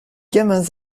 gamins